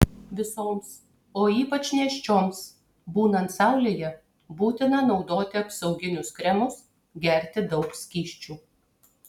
visoms o ypač nėščioms būnant saulėje būtina naudoti apsauginius kremus gerti daug skysčių